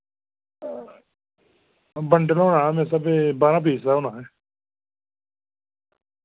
bundle होना मेरे स्हाबै दा बारां पीस दा होना